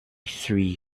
three